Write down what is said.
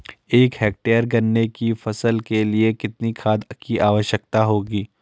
एक हेक्टेयर गन्ने की फसल के लिए कितनी खाद की आवश्यकता होगी?